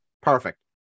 Perfect